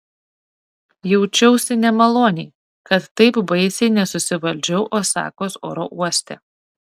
jaučiausi nemaloniai kad taip baisiai nesusivaldžiau osakos oro uoste